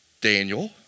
Daniel